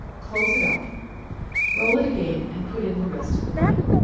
close it up roll it again, and put in the rest of the butter.